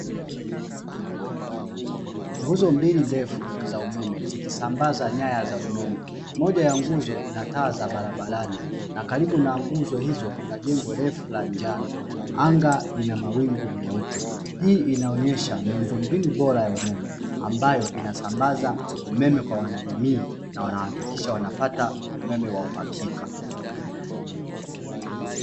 Nguzo mbili ndefu za umeme, zikisambaza nyaya za umeme. Moja ya nguzo ina taa za barabarani na karibu na nguzo hizo kuna jengo refu la njano. Anga lina mawingu meupe. Hii inaonyesha miundombinu bora ya umeme, ambayo inasambaza umeme kwa wanajamii na wanahakikisha wanapata umeme wa uhakika.